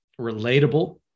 relatable